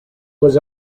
was